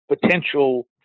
potential